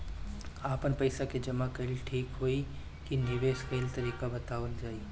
आपन पइसा के जमा कइल ठीक होई की निवेस कइल तइका बतावल जाई?